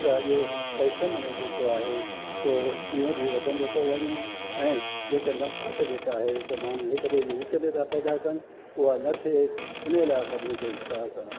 त जो फैशन आहे जेको आहे सो ॾींहों ॾींहुं वधंदो थो वञे ऐं जेके नफ़िरत जेका आहे सभु माण्हू हिकु ॿिए जे विच में था पैदा कनि उहा न थिए उन जे लाइ सभिनी खे वीचारु करणु